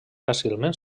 fàcilment